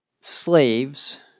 slaves